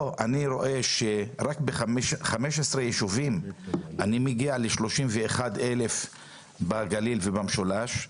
פה אני רואה שרק ב-15 ישובים אני מגיע ל-31,000 בגליל ומשולש.